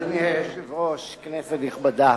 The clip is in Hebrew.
אדוני היושב-ראש, כנסת נכבדה,